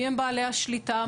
מיהם בעלי השליטה,